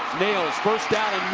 nails, first down